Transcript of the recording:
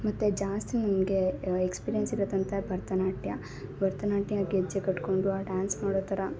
ಮತ್ತು ಜಾಸ್ತಿ ನನಗೆ ಎಕ್ಸ್ಪೀರಿಯನ್ಸ್ ಇರೋತಂತೆ ಭರ್ತನಾಟ್ಯ ಭರ್ತನಾಟ್ಯ ಗೆಜ್ಜೆ ಕಟ್ಕೊಂಡು ಆ ಡ್ಯಾನ್ಸ್ ಮಾಡೋ ಥರ